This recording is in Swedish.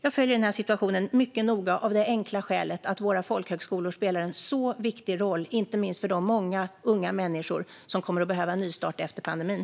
Jag följer denna situation mycket noga av det enkla skälet att våra folkhögskolor spelar en så viktig roll, inte minst för de många unga människor som kommer att behöva en nystart efter pandemin.